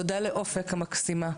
תודה לאופק המקסימה.